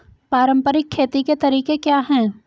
पारंपरिक खेती के तरीके क्या हैं?